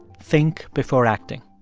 think before acting.